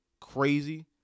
crazy